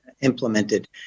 implemented